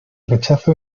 rechazo